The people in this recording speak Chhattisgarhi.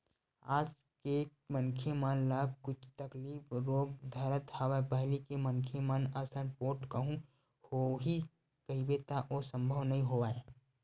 आज के मनखे मन ल कुछु तकलीफ रोग धरत हवय पहिली के मनखे मन असन पोठ कहूँ होही कहिबे त ओ संभव नई होवय